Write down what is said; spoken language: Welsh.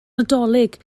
nadolig